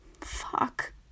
Fuck